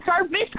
service